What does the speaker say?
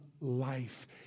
life